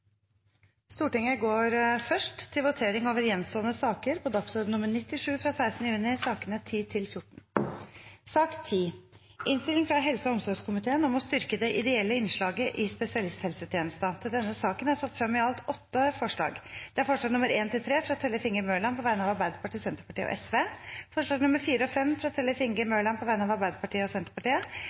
Stortinget går først til votering over de gjenstående sakene nr. 10–14 på dagsorden nr. 97, fra 16. juni. Under debatten er det satt frem i alt åtte forslag. Det er forslagene nr. 1–3, fra Tellef Inge Mørland på vegne av Arbeiderpartiet, Senterpartiet og Sosialistisk Venstreparti forslagene nr. 4 og 5, fra Tellef Inge Mørland på vegne av Arbeiderpartiet og Senterpartiet